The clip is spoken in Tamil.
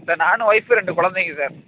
சார் நான் ஒய்ஃபு ரெண்டு குலந்தைங்க சார்